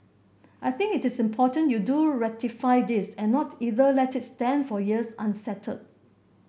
I think it is important you do ratify this and not either let it stand for years unsettled